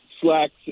slacks